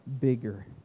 bigger